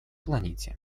планете